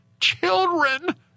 children